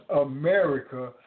America